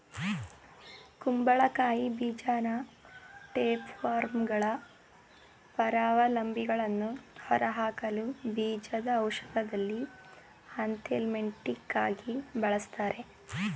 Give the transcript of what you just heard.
ಕುಂಬಳಕಾಯಿ ಬೀಜನ ಟೇಪ್ವರ್ಮ್ಗಳ ಪರಾವಲಂಬಿಗಳನ್ನು ಹೊರಹಾಕಲು ಚೀನಾದ ಔಷಧದಲ್ಲಿ ಆಂಥೆಲ್ಮಿಂಟಿಕಾಗಿ ಬಳಸ್ತಾರೆ